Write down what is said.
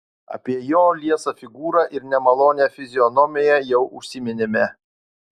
apie jo liesą figūrą ir nemalonią fizionomiją jau užsiminėme